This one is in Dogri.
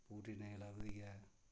पूरी नेईं लभदी ऐ